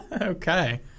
Okay